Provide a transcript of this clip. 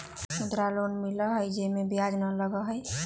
मुद्रा लोन मिलहई जे में ब्याज न लगहई?